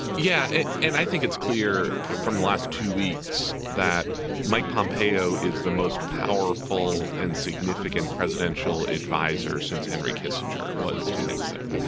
yeah and i think it's clear from last two weeks that mike pompeo is the most powerful and significant presidential advisor since henry kissinger was to nixon.